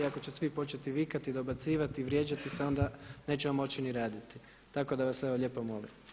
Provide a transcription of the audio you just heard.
Ako će svi početi vikati, dobacivati, vrijeđati se onda nećemo moći ni raditi, tako da vas evo lijepo molim.